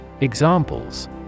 Examples